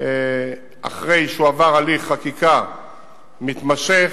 אחרי שהוא עבר הליך חקיקה מתמשך.